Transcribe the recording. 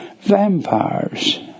vampires